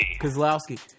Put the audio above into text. Kozlowski